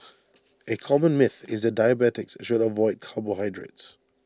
A common myth is that diabetics should avoid carbohydrates